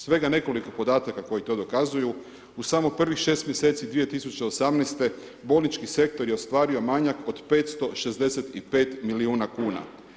Svega nekoliko podataka koji to dokazuju u samo prvih 6 mjesec 2018. bolnički sektor je ostvario manjak od 565 milijuna kuna.